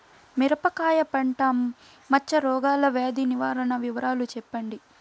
మిరపకాయ పంట మచ్చ రోగాల వ్యాధి నివారణ వివరాలు చెప్పండి?